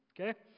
Okay